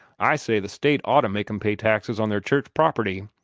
i say the state ought to make em pay taxes on their church property.